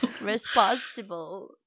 responsible